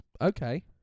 Okay